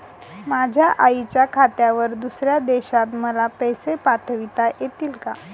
माझ्या आईच्या खात्यावर दुसऱ्या देशात मला पैसे पाठविता येतील का?